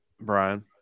Brian